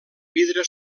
vidre